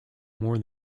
more